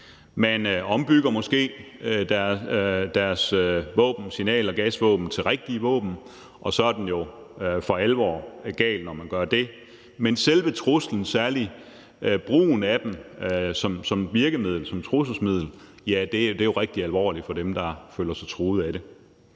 Man ombygger måske sine signal- og gasvåben til rigtige våben, og så er den jo for alvor gal, når man gør det. Men selve truslen og særlig brugen af disse våben som virkemiddel, som trusselsmiddel, ja, det er jo rigtig alvorligt for dem, der føler sig truet af det.